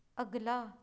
ਅਗਲਾ